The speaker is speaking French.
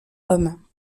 hommes